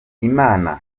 imana